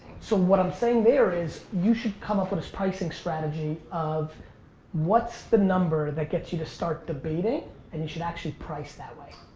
so what i'm saying there is you should come up with a pricing strategy of what's the number that gets you to start debating and you should actually price that way.